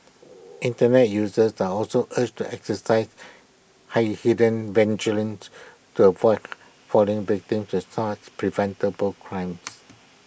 Internet users are also urged to exercise heightened vigilance to avoid falling victim to such preventable crimes